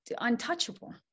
untouchable